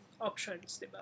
options